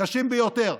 קשים ביותר.